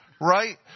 Right